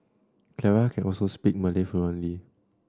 Clara can also speak Malay fluently